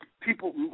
people